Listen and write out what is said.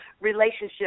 relationship